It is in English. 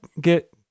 get